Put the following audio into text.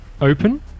open